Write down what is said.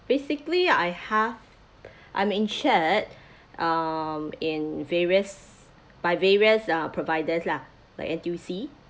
basically I have I'm insured um in various by various uh providers lah like N_T_U_C